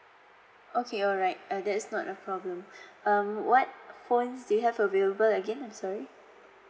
okay alright uh that is not a problem um what phones they have available again I'm sorry